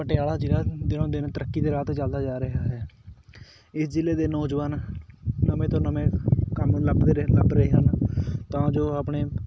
ਪਟਿਆਲਾ ਜ਼ਿਲ੍ਹਾ ਦਿਨੋਂ ਦਿਨ ਤਰੱਕੀ ਦੇ ਰਾਹ 'ਤੇ ਚੱਲਦਾ ਜਾ ਰਿਹਾ ਹੈ ਇਸ ਜ਼ਿਲ੍ਹੇ ਦੇ ਨੌਜਵਾਨ ਨਵੇਂ ਤੋਂ ਨਵੇਂ ਕੰਮ ਲੱਭਦੇ ਰਹੇ ਲੱਭ ਰਹੇ ਹਨ ਤਾਂ ਜੋ ਆਪਣੇ